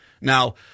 Now